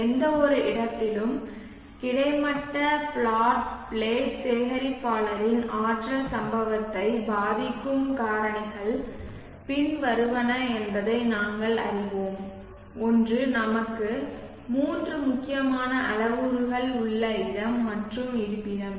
எந்தவொரு இடத்திலும் கிடைமட்ட பிளாட் பிளேட் சேகரிப்பாளரின் ஆற்றல் சம்பவத்தை பாதிக்கும் காரணிகள் பின்வருவன என்பதை நாங்கள் அறிவோம் ஒன்று நமக்கு மூன்று முக்கியமான அளவுருக்கள் உள்ள இடம் மற்றும் இருப்பிடம்